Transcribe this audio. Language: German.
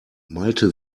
malte